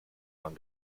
man